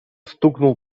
стукнул